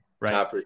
right